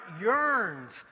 yearns